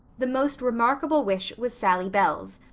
the most remarkable wish was sally bell's.